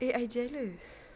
eh I jealous